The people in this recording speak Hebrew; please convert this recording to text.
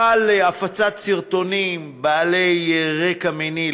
יש הפצת סרטונים בעלי רקע מיני,